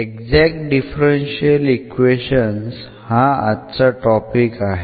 exact differential equations हा आजचा topic आहे